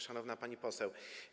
Szanowna Pani Poseł!